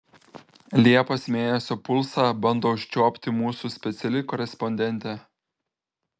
liepos mėnesio pulsą bando užčiuopti mūsų speciali korespondentė